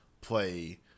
play